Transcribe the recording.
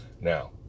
Now